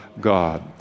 God